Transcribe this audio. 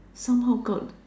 somehow got